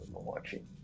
watching